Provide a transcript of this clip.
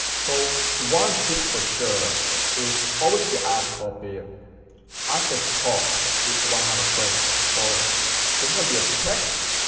so one tip for sure is always with your ad copy ah at the top you want to have a question. so there's gonna be your text.